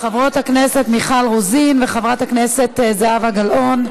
חברות הכנסת מיכל רוזין וחברת הכנסת זהבה גלאון,